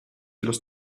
los